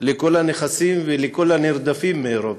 לכל הנכסים ולכל הנרדפים באירופה.